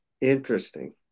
Interesting